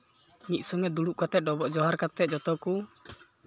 ᱢᱤᱫ ᱥᱚᱸᱜᱮ ᱫᱩᱲᱩᱵ ᱠᱟᱛᱮᱫ ᱰᱚᱵᱚᱜ ᱡᱚᱦᱟᱨ ᱠᱟᱛᱮᱫ ᱡᱚᱛᱚ ᱠᱚ